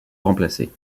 remplacer